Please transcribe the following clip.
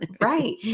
right